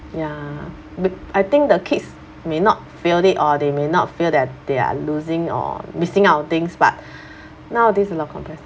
ya b~ I think the kids may not feel it or they may not feel that they're losing or missing out on things but nowadays a lot compress